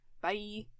Bye